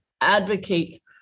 advocate